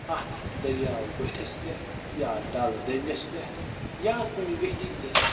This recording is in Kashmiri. اتھ دٔریاو بٔٹھسِ پٮ۪ٹھ یا ڈَلہٕ دٔنٛدِس پٮ۪ٹھ یا کُنہِ ویٚتھِ ہٕنٛدِس